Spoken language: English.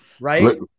Right